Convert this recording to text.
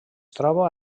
troba